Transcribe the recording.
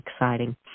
exciting